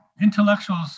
intellectuals